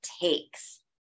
takes